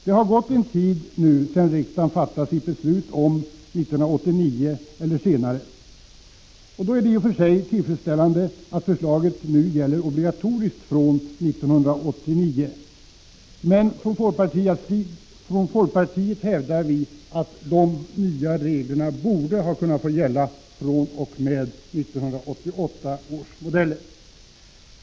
Det har nu gått en tid sedan riksdagen fattade sitt beslut om 1989 års modeller, och då är det i och för sig tillfredsställande att förslaget nu avser ett obligatoriskt krav fr.o.m. samma års modeller. Men från folkpartiet hävdar vi att de nya reglerna borde ha kunnat få gälla fr.o.m. 1988 års modeller.